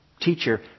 teacher